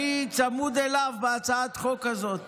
אני צמוד אליו בהצעת החוק הזאת.